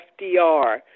FDR